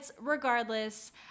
regardless